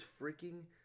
freaking